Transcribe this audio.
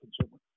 consumer